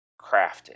crafted